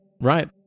Right